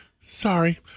Sorry